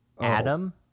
Adam